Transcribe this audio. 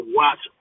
watch